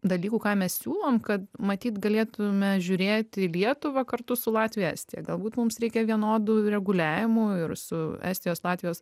dalykų ką mes siūlom kad matyt galėtume žiūrėt į lietuvą kartu su latvija estija galbūt mums reikia vienodų reguliavimų ir su estijos latvijos